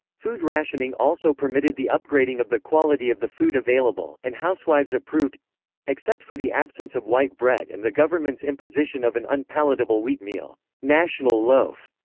food rationing also permitted the upgrading of the quality of the food available, and housewives approved except for the absence of white bread and the government's imposition of an unpalatable wheat meal national loaf.